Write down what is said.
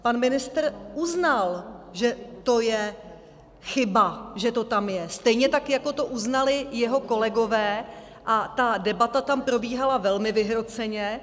Pan ministr uznal, že to je chyba, že to tam je, stejně tak jako to uznali jeho kolegové, a ta debata tam probíhala velmi vyhroceně.